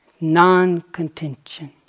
Non-contention